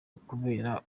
ukubera